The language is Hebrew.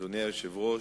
אדוני היושב-ראש,